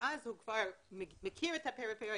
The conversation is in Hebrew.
אז הוא כבר מכיר את הפריפריה,